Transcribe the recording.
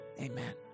Amen